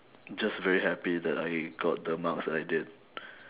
just very happy that I got the marks I did